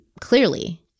clearly